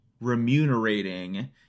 remunerating